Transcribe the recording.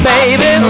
Baby